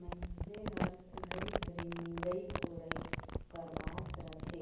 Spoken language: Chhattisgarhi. मइनसे हर घरी घरी निंदई कोड़ई करवात रहथे